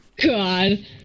God